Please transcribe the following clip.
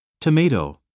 Tomato